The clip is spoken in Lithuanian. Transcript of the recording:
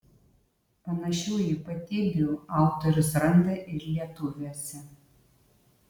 panašių ypatybių autorius randa ir lietuviuose